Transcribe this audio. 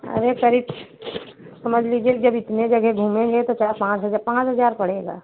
अरे करीब समझ लीजिए जब इतने जगह घूमेंगे तो चार पाँच हजार पाँच हज़ार पड़ेगा